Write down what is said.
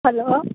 hello